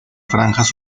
franjas